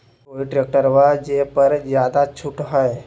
कोइ ट्रैक्टर बा जे पर ज्यादा छूट हो?